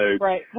right